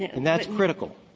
and that's critical.